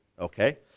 okay